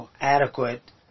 adequate